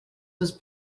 was